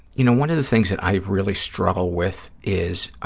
you know, one of the things that i really struggle with is